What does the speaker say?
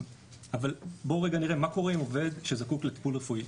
אבל בואו רגע נראה מה קורה עם עובד שזקוק לטיפול רפואי,